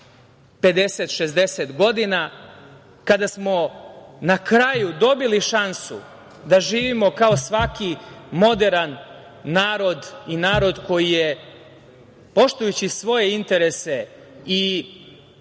50, 60 godina, kada smo na kraju dobili šansu da živimo kao svaki moderan narod i narod koji je, poštujući svoje interese i poštujući